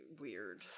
weird